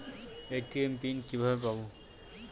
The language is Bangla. এ.টি.এম পিন কিভাবে পাবো?